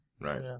right